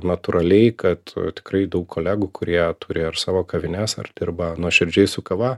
natūraliai kad tikrai daug kolegų kurie turėjo ir savo kavines ar dirba nuoširdžiai su kava